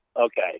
Okay